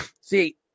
See